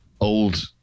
old